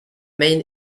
main